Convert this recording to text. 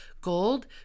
gold